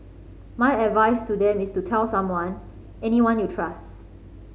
my advice to them is to tell someone anyone you trust